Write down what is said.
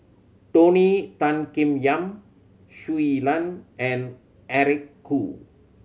Tony Tan Keng Yam Shui Lan and Eric Khoo